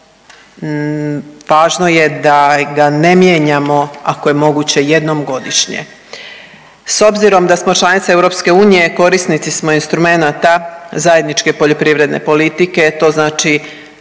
važno je da ga ne mijenjamo ako je moguće jednom godišnje. S obzirom da smo članica EU korisnici smo instrumenata zajedničke poljoprivredne politike. To znači